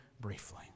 briefly